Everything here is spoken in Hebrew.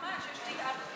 לא.